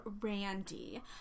Randy